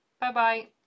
Bye-bye